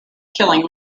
killing